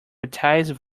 advertised